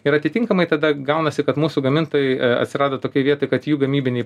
ir atitinkamai tada gaunasi kad mūsų gamintojai atsirado tokioj vietoj kad jų gamybiniai